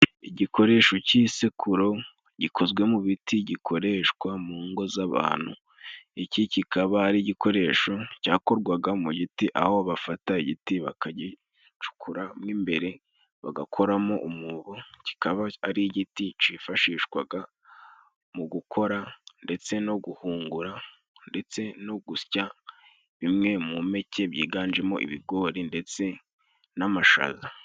Igikoresho cy'isekururo gikozwe mu biti, gikoreshwa mu ngo z'abantu, iki kikaba ari igikoresho cyakorwaga mu giti aho bafata igiti bakagicukuramo imbere bagakoramo umwobo, kikaba ari igiti cyifashishwaga mu gukora ndetse no guhungura ndetse no gusya bimwe mu mpeke byiganjemo ibigori ndetse n'amashaza.